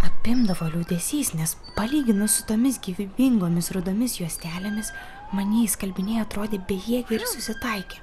apimdavo liūdesys nes palyginus su tomis gyvybingomis rudomis juostelėmis manieji skalbiniai atrodė bejėgiai ir susitaikę